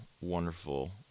wonderful